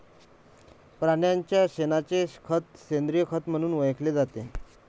प्राण्यांच्या शेणाचे खत सेंद्रिय खत म्हणून ओळखले जाते